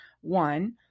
one